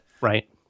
Right